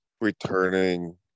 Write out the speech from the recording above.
returning